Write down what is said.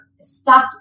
stuck